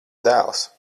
dēls